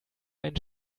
ein